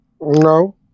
No